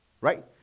Right